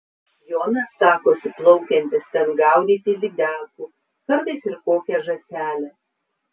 jonas sakosi plaukiantis ten gaudyti lydekų kartais ir kokią žąselę